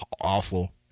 awful